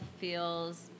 feels